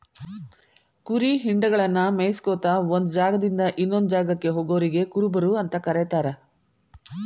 ಕುರಿ ಹಿಂಡಗಳನ್ನ ಮೇಯಿಸ್ಕೊತ ಒಂದ್ ಜಾಗದಿಂದ ಇನ್ನೊಂದ್ ಜಾಗಕ್ಕ ಹೋಗೋರಿಗೆ ಕುರುಬರು ಅಂತ ಕರೇತಾರ